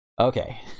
Okay